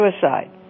suicide